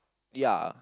ya